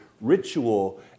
ritual